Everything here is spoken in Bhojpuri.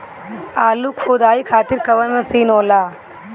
आलू खुदाई खातिर कवन मशीन होला?